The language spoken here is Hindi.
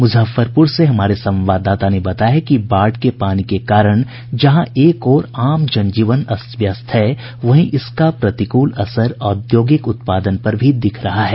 मुजफ्फरपुर से हमारे संवाददाता ने बताया है कि बाढ़ के पानी के कारण जहां एक ओर आम जनजीवन अस्त व्यस्त हैं वहीं इसका प्रतिकूल असर औद्योगिक उत्पादन पर भी दिख रहा है